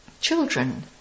Children